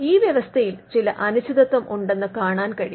ഈ വ്യവസ്ഥയിൽ ചില അനിശ്ചിതത്വം ഉണ്ടെന്ന് കാണാൻ കഴിയും